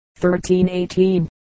1318